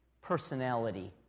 Personality